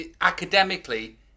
Academically